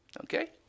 Okay